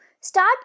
start